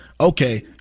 Okay